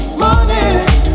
money